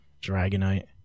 Dragonite